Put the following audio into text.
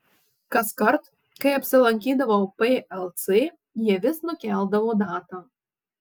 kaskart kai apsilankydavau plc jie vis nukeldavo datą